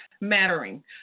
mattering